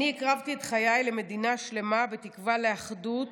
אני הקרבתי את חיי למדינה שלמה בתקווה לאחדות,